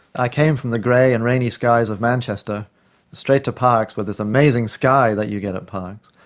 i came from the grey and rainy skies of manchester straight to parkes with this amazing sky that you get at parkes,